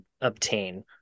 obtain